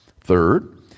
Third